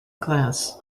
class